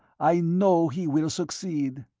i know he will succeed.